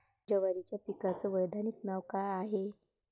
जवारीच्या पिकाचं वैधानिक नाव का हाये?